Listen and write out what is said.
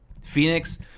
Phoenix